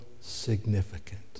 significant